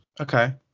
Okay